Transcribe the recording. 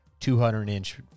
200-inch